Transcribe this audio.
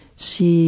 she